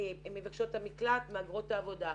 מבקשות המקלט, מהגרות העבודה.